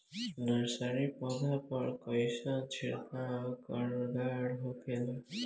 Nursery पौधा पर कइसन छिड़काव कारगर होखेला?